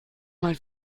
mal